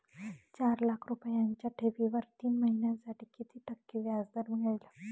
चार लाख रुपयांच्या ठेवीवर तीन महिन्यांसाठी किती टक्के व्याजदर मिळेल?